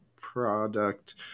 product